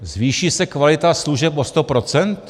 Zvýší se kvalita služeb o sto procent?